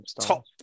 top